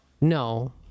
No